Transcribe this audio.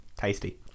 Tasty